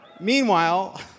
Meanwhile